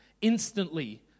instantly